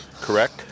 correct